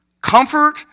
comfort